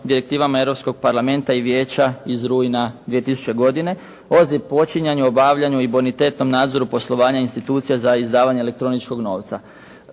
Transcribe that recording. direktivama Europskog parlamenta i Vijeća iz 2000. godine o započinjanju, obavljanju i bonitetnom nadzoru poslovanja institucija za izdavanje elektroničkog novca.